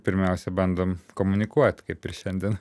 pirmiausia bandom komunikuot kaip ir šiandien